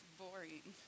boring